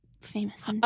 famous